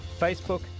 Facebook